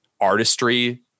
artistry